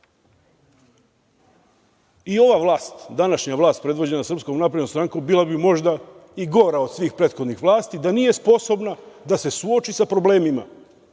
ova vlast, današnja vlast predvođena SNS, bila bi možda i gora od svih prethodnih vlasti da nije sposobna da se suoči sa problemima,